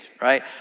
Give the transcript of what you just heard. right